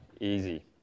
easy